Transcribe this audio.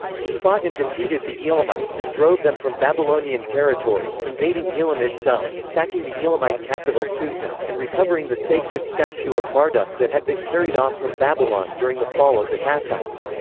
he fought and defeated the elamites and drove them from babylonian territory, invading elam itself, sacking the elamite capital susa, and recovering the sacred statue of marduk that had been carried off from babylon during the fall of the kassites.